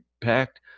packed